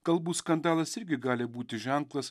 galbūt skandalas irgi gali būti ženklas